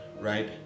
right